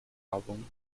album